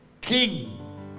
king